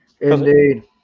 Indeed